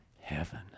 heaven